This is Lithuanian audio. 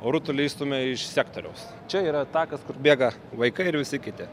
rutulį išstumia iš sektoriaus čia yra takas kur bėga vaikai ir visi kiti